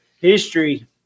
history